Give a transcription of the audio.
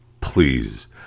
please